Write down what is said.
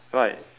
right